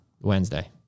Wednesday